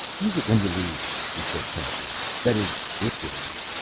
use it when you leave, he said casually. that is, if you leave.